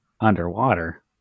underwater